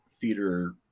theater